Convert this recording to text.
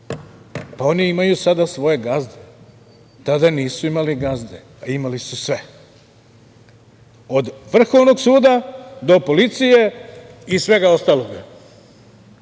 sad. Oni imaju sada svoje gazde, tada nisu imali gazde, a imali su sve, od vrhovnog suda, do policije i svega ostalog. Uostalom,